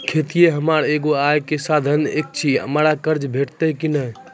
खेतीये हमर एगो आय के साधन ऐछि, हमरा कर्ज भेटतै कि नै?